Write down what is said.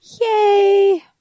Yay